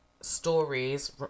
stories